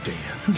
Dan